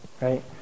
Right